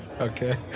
Okay